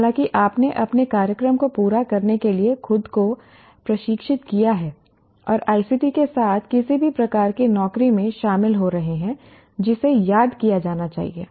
हालाँकि आपने अपने कार्यक्रम को पूरा करने के लिए खुद को प्रशिक्षित किया है और ICT के साथ किसी भी प्रकार की नौकरी में शामिल हो रहे हैं जिसे याद किया जाना चाहिए